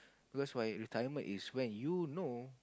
because my retirement is when you know